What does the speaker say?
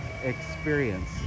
experience